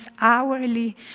hourly